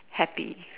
happy